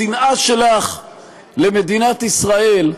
השנאה שלך למדינת ישראל,